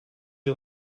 you